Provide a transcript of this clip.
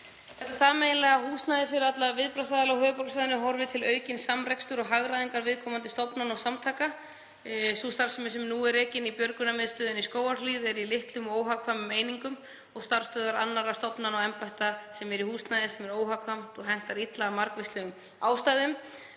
Þetta sameiginlega húsnæði fyrir alla viðbragðsaðila á höfuðborgarsvæðinu horfir til aukins samrekstur og hagræðingar viðkomandi stofnana og samtaka. Sú starfsemi sem nú er rekin í björgunarmiðstöðinni í Skógarhlíð er í litlum og óhagkvæmum einingum og starfsstöðvar annarra stofnana og embætta eru í húsnæði sem er óhagkvæmt og hentar illa af margvíslegum ástæðum.